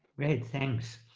great, thanks.